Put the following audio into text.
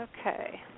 Okay